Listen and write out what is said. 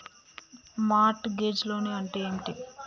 Mart gauge loan అంటే ఏమిటి?